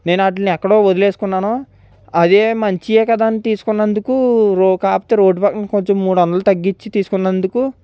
నేనాట్లిని ఎక్కడో వదిలేసుకున్నాను అదే మంచియే కదా అని తీసుకున్నందుకు కాకపోతే రోడ్ పక్కన కొంచెం మూడొందలు తగ్గిచ్చి తీసుకున్నందుకు